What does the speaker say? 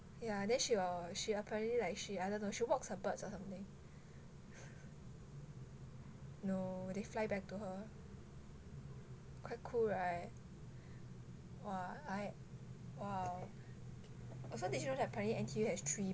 ya then she will she apparently like she i don't know she walks her birds or something no they fly back to her quite cool [right] !wah! I !wah! also you know that apparently N_T_U has three bus